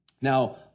now